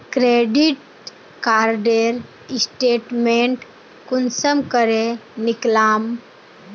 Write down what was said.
Credit कार्डेर statement कुंसम करे निकलाम?